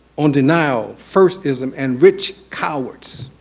on denial first-ism and rich cowards.